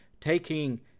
taking